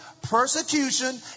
persecution